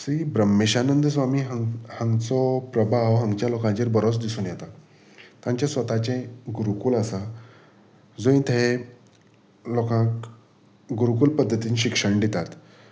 श्री ब्रह्मेशानंद स्वामी ह हांगचो प्रभाव हांगच्या लोकांचेर बरोच दिसून येता तांचे स्वताचे गुरुकूल आसा जंय ते लोकांक गुरुकूल पद्दतीन शिक्षण दितात